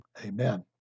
amen